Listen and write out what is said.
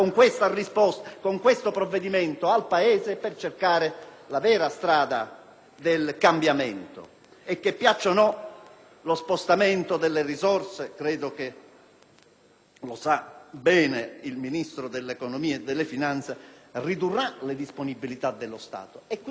vero cambiamento. Che ci piaccia o no, credo che lo spostamento delle risorse - lo sa bene il Ministro dell'economia e delle finanze - ridurrà le disponibilità dello Stato e quindi sarà necessaria una cura dimagrante, in un Paese in cui